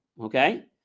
okay